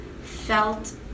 felt